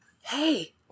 Hey